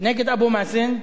נגד אבו מאזן,